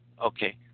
okay